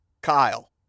Kyle